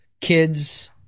kids